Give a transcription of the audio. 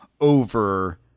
over